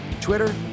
twitter